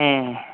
ம்